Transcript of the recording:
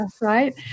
right